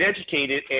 educated